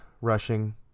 rushing